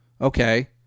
Okay